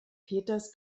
peters